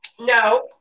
No